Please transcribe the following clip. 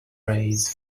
raise